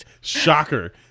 Shocker